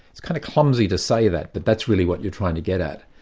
it's kind of clumsy to say that, but that's really what you're trying to get at.